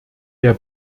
der